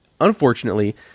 unfortunately